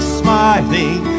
smiling